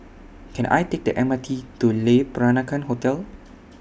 Can I Take The M R T to Le Peranakan Hotel